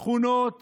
תכונות